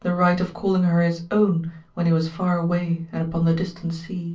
the right of calling her his own when he was far away and upon the distant sea?